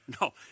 No